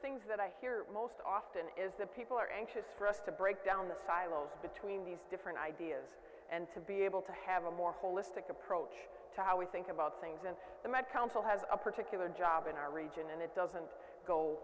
things that i hear most often is that people are anxious for us to break down the silos between these different ideas and to be able to have a more holistic approach to how we think about things and the met council has a particular job in our region and it doesn't go